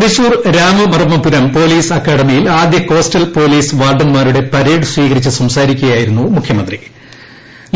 Thrissur Ramavarmapuram police അക്കാഡമിയിൽ ആദ്യ coastal police വാർഡന്മാരുടെ പ്പരേഡ് സ്വീകരിച്ചു സംസാരിക്കുകയായിരുന്നു മുഖ്യമന്ത്രി